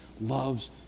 loves